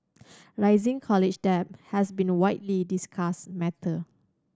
rising college debt has been a widely discussed matter